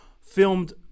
filmed